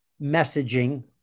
messaging